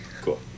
Cool